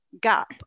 gap